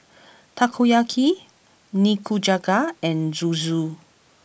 Takoyaki Nikujaga and Zosui